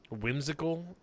Whimsical